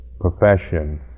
profession